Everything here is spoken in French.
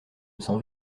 sens